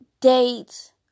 date